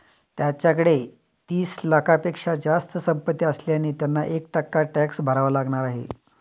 त्यांच्याकडे तीस लाखांपेक्षा जास्त संपत्ती असल्याने त्यांना एक टक्का टॅक्स भरावा लागणार आहे